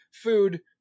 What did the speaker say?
food